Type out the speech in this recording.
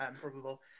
probable